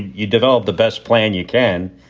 you develop the best plan you can,